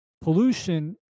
pollution